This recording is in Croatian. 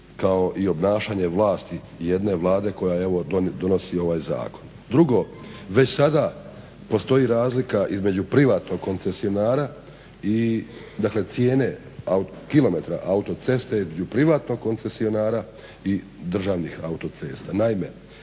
kao i obnašanje vlasti jedne Vlade koja donosi ovaj zakon. Drugo, već sada postoji razlika između privatnog koncesionara i cijene kilometra autoceste između privatnog koncesionara i državni autocesta.